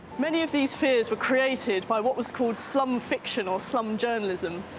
many of these fears were created by what was called slum fiction or slum journalism.